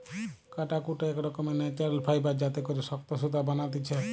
কাটাকুট এক রকমের ন্যাচারাল ফাইবার যাতে করে শক্ত সুতা বানাতিছে